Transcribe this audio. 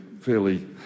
fairly